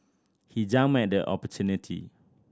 he jumped at the opportunity